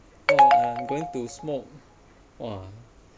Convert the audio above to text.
going to smoke !whoa!